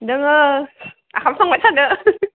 दङ ओंखाम संबाय थादो